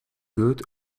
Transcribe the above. good